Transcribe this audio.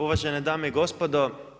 Uvažene dame i gospodo.